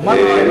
אמרתי,